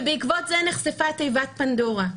ובעקבות זה נחשפה תיבת פנדורה.